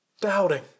doubting